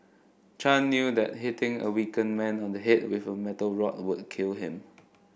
Chan knew that hitting a weakened man on the head with a metal rod would kill him